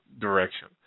direction